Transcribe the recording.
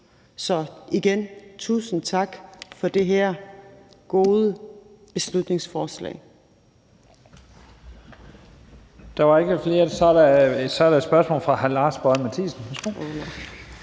sige: Tusind tak for det her gode beslutningsforslag.